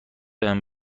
بهم